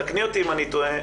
תקני אותי, עאידה אם אני טועה.